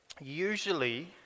usually